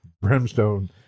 brimstone